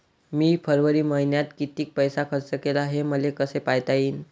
मी फरवरी मईन्यात कितीक पैसा खर्च केला, हे मले कसे पायता येईल?